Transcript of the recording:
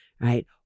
right